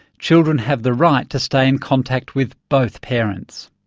children have the right to stay in contact with both parents.